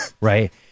right